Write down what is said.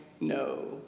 No